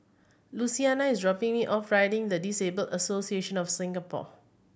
Luciana is dropping me off Riding the Disabled Association of Singapore